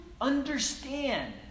understand